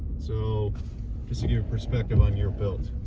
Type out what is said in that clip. so just your perspective on your build.